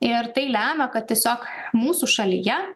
ir tai lemia kad tiesiog mūsų šalyje